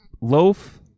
loaf